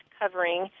covering